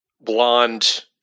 blonde